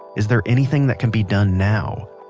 is there anything that can be done now?